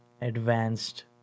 advanced